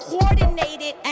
coordinated